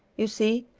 you see,